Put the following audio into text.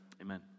amen